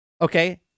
okay